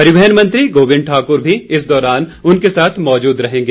परिवहन मंत्री गोविद ठाक्र भी इस दौरान मौजूद रहेंगे